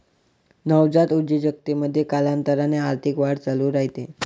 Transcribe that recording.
नवजात उद्योजकतेमध्ये, कालांतराने आर्थिक वाढ चालू राहते